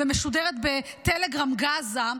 שמשודרת בטלגרם Gaza,